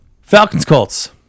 Falcons-Colts